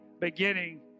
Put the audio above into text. beginning